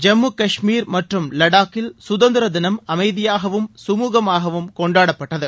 ஜம்மு காஷ்மீர் மற்றும் லடாக்கில் சுதந்திர தினம் அமைதியாகவும் கமுகமாகவும் கொண்டாடப்பட்டது